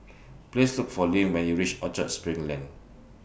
Please Look For Lyn when YOU REACH Orchard SPRING Lane